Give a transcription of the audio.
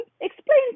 explain